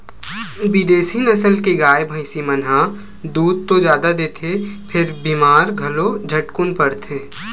बिदेसी नसल के गाय, भइसी मन ह दूद तो जादा देथे फेर बेमार घलो झटकुन परथे